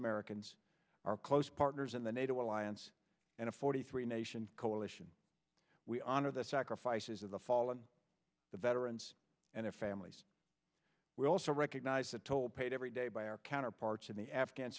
americans are close partners in the nato alliance and a forty three nation coalition we honor the sacrifices of the fallen the veterans and their families we also recognize the toll paid every day by our counterparts in the afghan